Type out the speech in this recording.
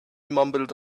mumbled